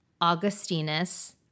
Augustinus